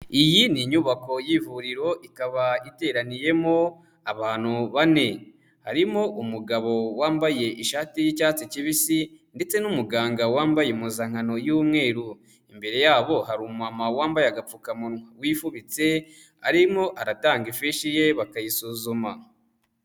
Iyi ni inyubako y'ivuriro ikaba iteraniyemo abantu bane, harimo umugabo wambaye ishati y'icyatsi kibisi ndetse n'umuganga wambaye impuzankano y'umweru, imbere yabo hari umumama wambaye agapfukamunwa wifubitse arimo aratanga ifishi ye bakayisuzuma.